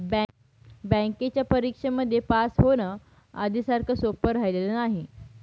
बँकेच्या परीक्षेमध्ये पास होण, आधी सारखं सोपं राहिलेलं नाही